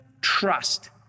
Trust